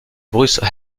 bruce